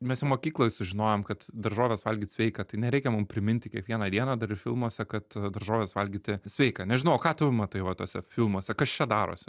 mes jau mokykloj sužinojom kad daržoves valgyt sveika tai nereikia mum priminti kiekvieną dieną dar ir filmuose kad daržoves valgyti sveika nežinau o ką tu matai va tuose filmuose kas čia darosi